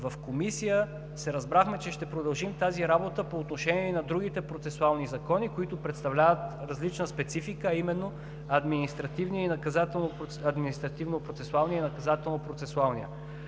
В Комисията се разбрахме, че ще продължим тази работа по отношение и на другите процесуални закони, които представляват различна специфика, а именно Административнопроцесуалният и Наказателно-процесуалният.